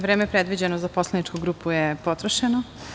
Vreme predviđeno za poslaničku grupu je potrošeno.